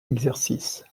exercices